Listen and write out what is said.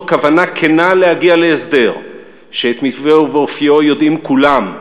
כוונה כנה להגיע להסדר שאת מתווהו ואופיו יודעים כולם,